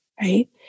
Right